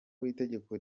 w’itegeko